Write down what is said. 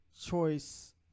choice